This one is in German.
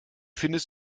findest